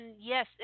yes